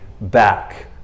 back